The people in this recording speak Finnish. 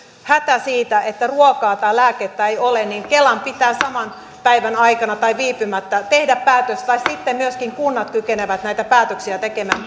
hätä siitä että ruokaa tai lääkettä ei ole niin kelan pitää saman päivän aikana tai viipymättä tehdä päätös tai sitten myöskin kunnat kykenevät näitä päätöksiä tekemään